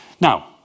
Now